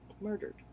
murdered